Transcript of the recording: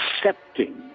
accepting